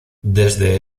desde